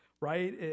right